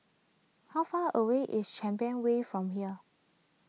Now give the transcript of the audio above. how far away is Champion Way from here